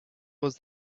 was